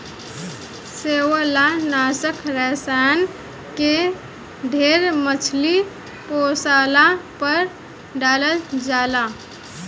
शैवालनाशक रसायन के ढेर मछली पोसला पर डालल जाला